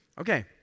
Okay